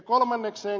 kolmannekseen